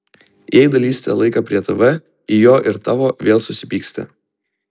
jei dalysite laiką prie tv į jo ir tavo vėl susipyksite